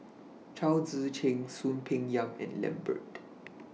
Chao Tzee Cheng Soon Peng Yam and Lambert